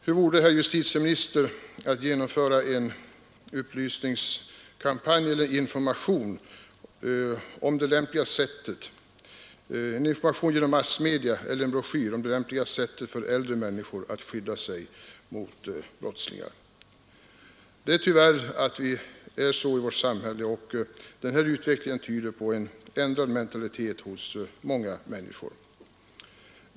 Hur vore det, herr justitieminister, att genomföra en informationskampanj genom massmedia eller en broschyr om det lämpligaste sättet för äldre människor att skydda sig mot brottslingar? Utvecklingen i vårt samhälle tyder tyvärr på en ändrad mentalitet hos många människor.